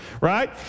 right